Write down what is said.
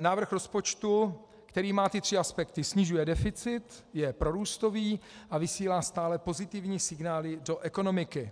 návrh rozpočtu, který má ty tři aspekty: snižuje deficit, je prorůstový a vysílá stále pozitivní signály do ekonomiky.